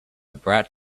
brat